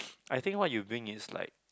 I think what you bring is like